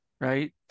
Right